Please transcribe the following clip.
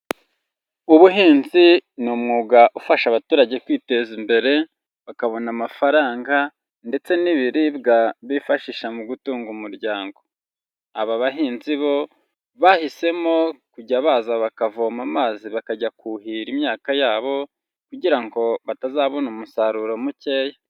Ubuhinzi ni umwuga ufasha abaturage kwiteza imbere bakabona amafaranga ndetse n'ibiribwa bifashisha mu gutunga umuryango. Aba bahinzi bo bahisemo kujya baza bakavoma amazi bakajya kuhira imyaka yabo kugira ngo batazabona umusaruro mukeya.